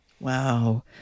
Wow